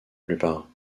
plupart